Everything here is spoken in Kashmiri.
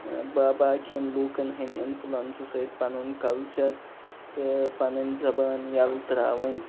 با باقِیَن لوٗکَن ہٕنٛدِ اِنفُلَنسہٕ سۭتۍ پَنُن کلچر تہٕ پَنٕنۍ زبان یلہٕ ترٛاوٕنۍ